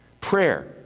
Prayer